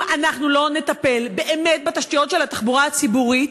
אם אנחנו לא נטפל באמת בתשתיות של התחבורה הציבורית,